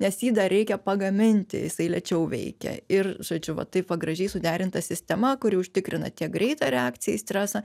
nes jį dar reikia pagaminti jisai lėčiau veikia ir žodžiu va taip va gražiai suderinta sistema kuri užtikrina tiek greitą reakciją į stresą